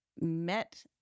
met